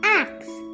axe